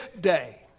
day